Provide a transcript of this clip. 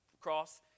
cross